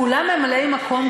כולם ממלאי-מקום,